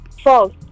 False